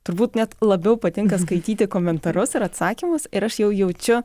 turbūt net labiau patinka skaityti komentarus ir atsakymus ir aš jau jaučiu